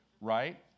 Right